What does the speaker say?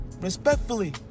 Respectfully